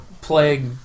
plague